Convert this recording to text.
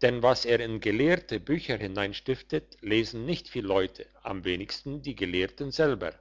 denn was er in gelehrte bücher hineinstiftet lesen nicht viel leute am wenigsten die gelehrten selber